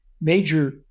major